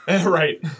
Right